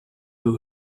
who